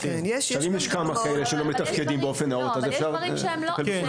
אם יש כמה כאלה שלא מתפקדים באופן נאות אז אפשר לטפל בכולם.